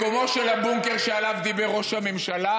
מקומו של הבונקר שעליו דיבר ראש הממשלה,